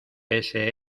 ése